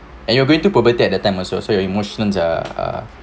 and you're going through puberty at that time also so your emotions ah ah